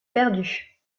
perdue